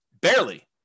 Barely